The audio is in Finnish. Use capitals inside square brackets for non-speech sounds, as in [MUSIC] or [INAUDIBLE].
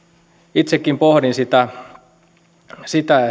itsekin pohdin sitä sitä [UNINTELLIGIBLE]